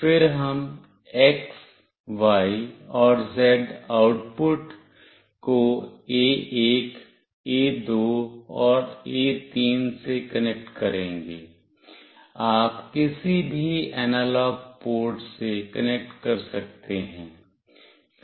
फिर हम X Y और Z आउटपुट को A1 A2 और A3 से कनेक्ट करेंगे आप किसी भी एनालॉग पोर्ट से कनेक्ट कर सकते हैं